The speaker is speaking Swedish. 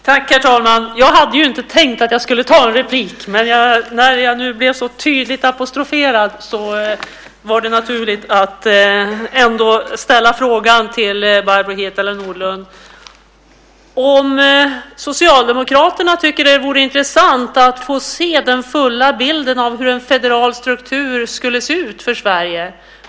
Herr talman! Jag hade inte tänkt begära replik, men när jag nu blev så tydligt apostroferad är det naturligt att fråga Barbro Hietala Nordlund om Socialdemokraterna tycker att det vore intressant att få den fulla bilden av hur en federal struktur för Sverige skulle se ut.